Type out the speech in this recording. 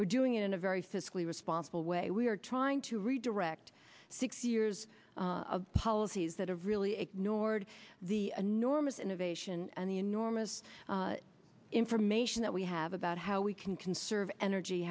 we're doing it in a very fiscally responsible way we are trying to redirect six years of policies that have really ignored the enormous innovation and the enormous information that we have about how we can conserve energy